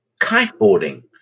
kiteboarding